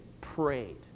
prayed